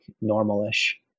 normal-ish